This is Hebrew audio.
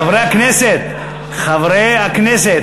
חברי הכנסת, חברי הכנסת.